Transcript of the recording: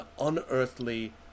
unearthly